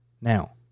Now